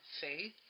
faith